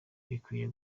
bikwiye